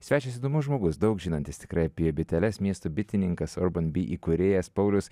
svečias įdomus žmogus daug žinantis tikrai apie biteles miesto bitininkas urban bee įkūrėjas paulius